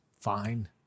fine